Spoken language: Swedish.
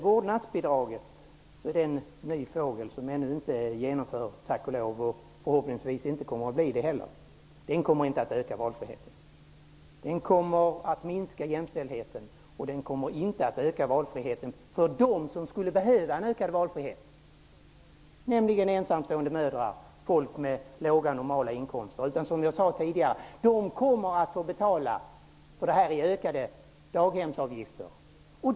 Vårdnadsbidraget är en ny idé som ännu inte genomförts, tack och lov, och förhoppningsvis inte heller kommer att genomföras. Det kommer att minska jämställdheten och det kommer inte att öka valfriheten för dem som skulle behöva en ökad valfrihet, nämligen ensamstående mödrar och människor med låga inkomster. De kommer att få betala för detta i form av höjda daghemsavgifter.